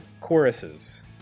choruses